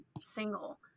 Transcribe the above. single